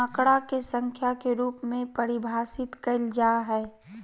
आंकड़ा के संख्या के रूप में परिभाषित कइल जा हइ